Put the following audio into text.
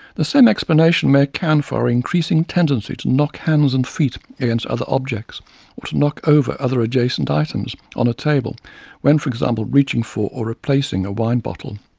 the same explanation may account for our increasing tendency to knock hands and feet against other objects, or to knock over other adjacent items on a table when, for example, reaching for or replacing a wine bottle. a